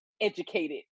educated